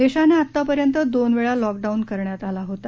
देशाने आतापर्यंत दोन वेळा लॉकडाऊन करण्यात आलं आहे